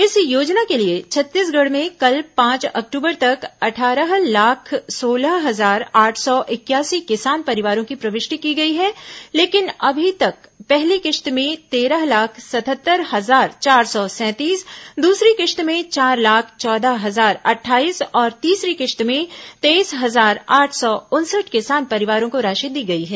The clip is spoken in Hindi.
इस योजना के लिए छत्तीसगढ़ में कल पांच अक्टूबर तक अट्ठारह लाख सोलह हजार आठ सौ इकयासी किसान परिवारों की प्रवृष्टि की गई है लेकिन अभी तक पहली किश्त में तेरह लाख सतहत्तर हजार चार सौ सैंतीस दूसरी किश्त में चार लाख चौदह हजार अट्ठाईस और तीसरी किश्त में तेईस हजार आठ सौ उनसठ किसान परिवारों को राशि दी गई है